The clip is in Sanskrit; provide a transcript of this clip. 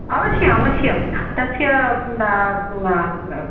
अवश्यम् अवश्यं तस्य